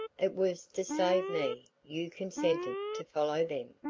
it was to save me, you consented to follow them?